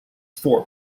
four